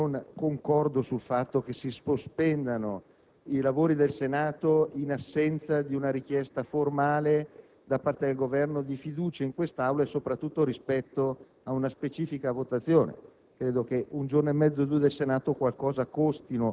Come ho già manifestato in quella sede, personalmente non concordo sulla sospensione dei lavori del Senato, in assenza di una richiesta formale, da parte del Governo, di fiducia in quest'Aula e soprattutto di una specifica votazione.